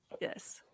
Yes